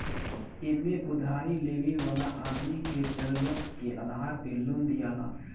एमे उधारी लेवे वाला आदमी के जरुरत के आधार पे लोन दियाला